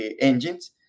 engines